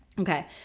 Okay